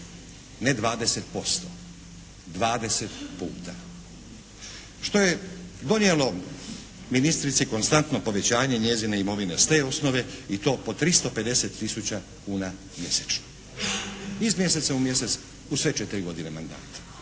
Ne 20%, 20 puta. Što je donijelo ministrici konstantno povećanje njezine imovine s te osnove i to po 350 tisuća kuna mjesečno. Iz mjeseca u mjesec u sve četiri godine mandata.